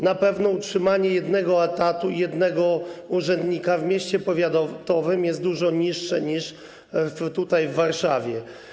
Na pewno koszt utrzymania jednego etatu i jednego urzędnika w mieście powiatowym jest dużo niższy niż w Warszawie.